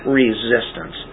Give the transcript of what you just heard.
resistance